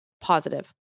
positive